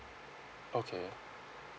okay